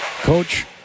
Coach